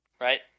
right